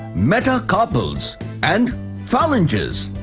metacarpals and phalanges.